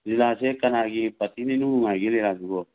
ꯂꯤꯂꯥꯁꯦ ꯀꯅꯥꯒꯤ ꯄꯥꯔꯇꯤꯅ ꯏꯅꯨꯡ ꯅꯨꯡꯉꯥꯏꯒꯦ ꯂꯤꯂꯥꯁꯤꯕꯣ